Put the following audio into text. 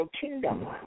kingdom